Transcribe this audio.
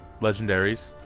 legendaries